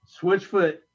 Switchfoot